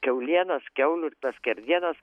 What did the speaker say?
kiaulienos kiaulių skerdienos